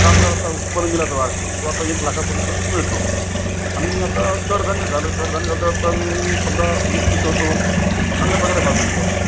साठ हजार असा उत्पन्न मिळायचा वार्षिक तो आता एक लाखापर्यंत मिळतो आणि आता कडधान्य झालं कडधान्य झालं तर आता मी समजा मूग पिकवतो चांगल्या प्रकारे भाव मिळतो आता